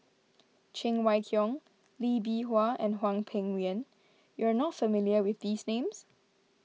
Cheng Wai Keung Lee Bee Wah and Hwang Peng Yuan you are not familiar with these names